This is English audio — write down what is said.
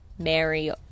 Mary